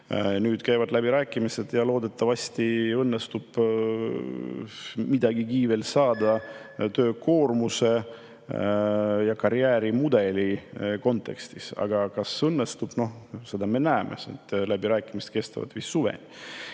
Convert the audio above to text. Nüüd käivad läbirääkimised ja loodetavasti õnnestub midagigi saada töökoormuse ja karjäärimudeli kontekstis. Aga kas õnnestub, seda me näeme, sest läbirääkimised kestavad vist suveni.